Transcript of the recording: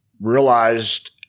realized